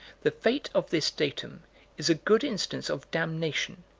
the fate of this datum is a good instance of damnation,